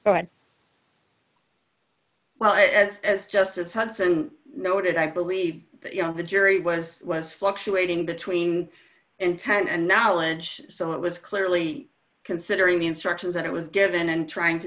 as well as as justice hudson noted i believe that you know the jury was was fluctuating between intent and knowledge so it was clearly considering the instructions that it was given and trying to